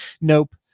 nope